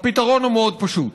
הפתרון מאוד פשוט: